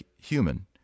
human